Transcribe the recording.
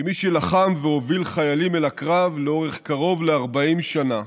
כמי שלחם והוביל חיילים אל הקרב לאורך קרוב ל-40 שנה,